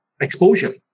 exposure